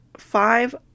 five